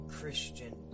Christian